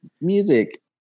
music